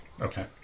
Okay